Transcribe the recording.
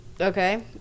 Okay